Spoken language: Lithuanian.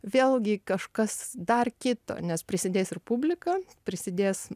vėlgi kažkas dar kito nes prisidės ir publika prisidės